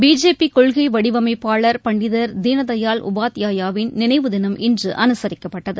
BJP கொள்கை வடிவமைப்பாளர் பண்டிதர் தீனதயாள் உபாத்யாயாவின் நினைவு தினம் இன்று அனுசரிக்கப்பட்டது